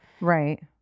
Right